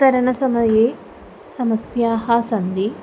तरणसमये समस्याः सन्ति